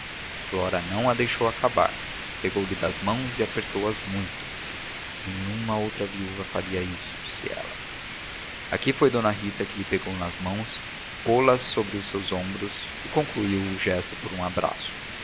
flora não a deixou acabar pegou-lhe das mãos e apertou as muito nenhuma outra viúva faria isto disse ela aqui foi d rita que lhe pegou nas mãos pô las sobre os seus ombros e concluiu o gesto por um abraço